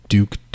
Duke